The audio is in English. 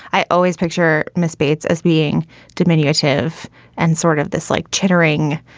i always picture miss bates as being diminutive and sort of this like chittering,